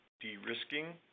de-risking